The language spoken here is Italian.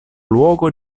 luogo